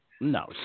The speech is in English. No